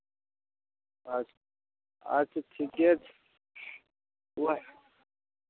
अच्छा अच्छा ठीके छै उएह